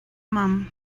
mum